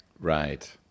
Right